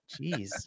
Jeez